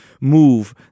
move